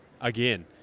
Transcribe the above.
again